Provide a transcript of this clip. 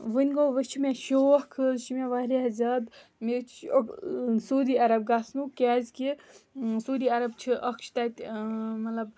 وُنہِ گوٚو وۄنۍ چھُ مےٚ شوق حظ چھُ مےٚ واریاہ زیادٕ مےٚ حظ چھُو سعوٗدی عرَب گَژھنُک کیٛازکہِ سعوٗدی عرَب چھُ اکھ چھِ تَتہِ مطلب